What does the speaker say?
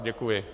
Děkuji.